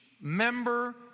member